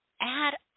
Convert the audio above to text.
add